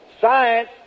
Science